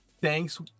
thanks